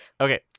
Okay